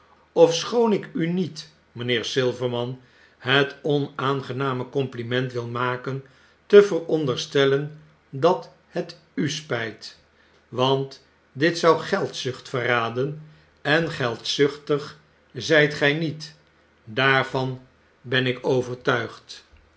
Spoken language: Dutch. ofschoon ik u niet mynheer silverman het onaangename compliment wil maken te veronderstellen dat het u spyt want dit zou geldzucht verraden en geldzuchtig zyt gij niet daarvan ben ik overtuigd